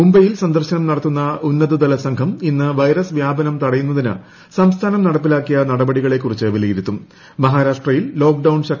മുംബൈയിൽ സന്ദർശനം നടത്തുന്ന ഉന്നതതല സംഘം ഇന്ന് വൈറസ് വ്യാപനം തടയുന്നതിന് സംസ്ഥാനം നടപ്പിലാക്കിയ നടപടികളെ കുറിച്ച് മഹാരാഷ്ട്രയിൽ ലോക്ഡൌൺ വിലയിരുത്തും